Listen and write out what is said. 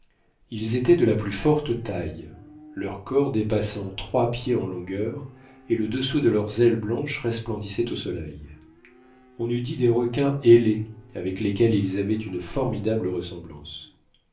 ils étaient de la plus forte taille leur corps dépassait trois pieds en longueur et le dessous de leurs ailes blanches resplendissait au soleil on eut dit des requins ailés avec lesquels ils avaient une formidable ressemblance